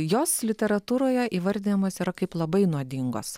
jos literatūroje įvardijamos kaip labai nuodingos